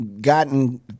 gotten